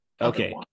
Okay